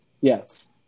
Yes